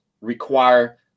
require